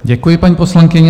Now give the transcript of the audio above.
Děkuji, paní poslankyně.